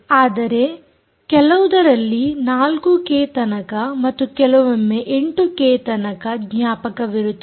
ಆದರೆ ಕೆಲವುದರಲ್ಲಿ 4ಕೆ ತನಕ ಮತ್ತು ಕೆಲವೊಮ್ಮೆ 8ಕೆ ತನಕ ಜ್ಞಾಪಕಇರುತ್ತದೆ